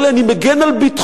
אומר לי: אני מגן על ביטחונך.